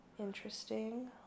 Interesting